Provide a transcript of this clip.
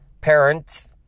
parents